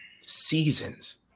Seasons